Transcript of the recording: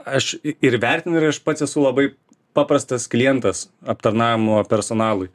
aš ir vertinu ir aš pats esu labai paprastas klientas aptarnavimo personalui